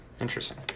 interesting